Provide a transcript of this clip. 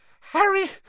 Harry